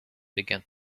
began